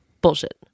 Bullshit